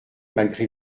malgré